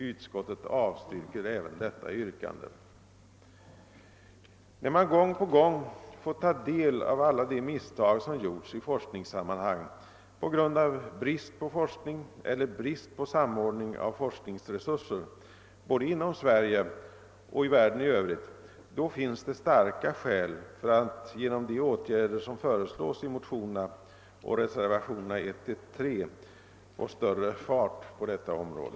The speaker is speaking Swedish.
Utskottet avstyrker även detta yrkande.» När man gång på gång får ta del av de misstag som gjorts i forskningssammanhang på grund av brist på forskning eller brist på samordning av forskningsresurser, både inom Sverige och utomlands, finns det verkligen starka skäl för att genom de åtgärder som föreslås i motionerna och i reservationerna 1-3 försöka få större fart på detta område.